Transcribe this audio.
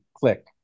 click